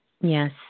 Yes